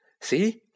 See